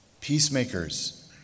Peacemakers